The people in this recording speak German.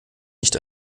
nicht